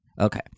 Okay